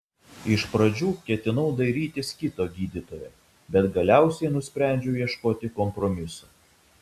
iš pradžių ketinau dairytis kito gydytojo bet galiausiai nusprendžiau ieškoti kompromiso